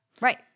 right